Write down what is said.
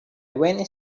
went